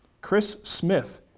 chris smith,